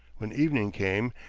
when evening came,